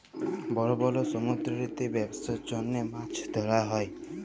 বড় বড় সমুদ্দুরেতে ব্যবছার জ্যনহে মাছ ধ্যরা হ্যয়